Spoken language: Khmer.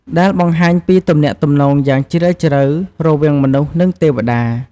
ដែលបង្ហាញពីទំនាក់ទំនងយ៉ាងជ្រាលជ្រៅរវាងមនុស្ស និងទេវតា។